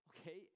okay